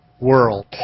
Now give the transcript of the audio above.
world